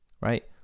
Right